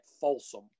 Folsom